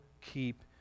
keep